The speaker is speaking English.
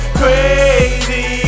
crazy